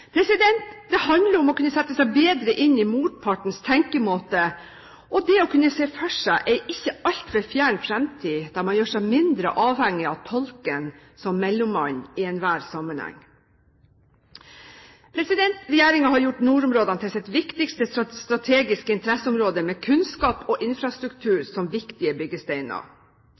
Det handler om å kunne sette seg bedre inn i motpartens tenkemåte og å kunne se for seg en ikke altfor fjern fremtid der man gjør seg mindre avhengig av tolken som mellommann i enhver sammenheng. Regjeringen har gjort nordområdene til sitt viktigste strategiske interesseområde, med kunnskap og infrastruktur som viktige byggesteiner.